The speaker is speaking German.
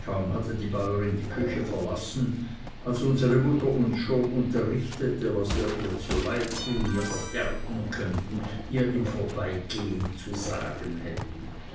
kaum hatte die bäuerin die küche verlassen als unsere mutter uns schon unterrichtete was wir ihr zuleid tun ihr verderben müßten ihr im vorbeigehen zu sagen hätten